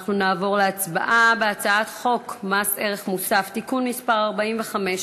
אנחנו נעבור להצבעה על הצעת חוק מס ערך מוסף (תיקון מס' 45),